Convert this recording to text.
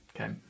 Okay